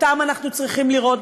אותם אנחנו צריכים לראות,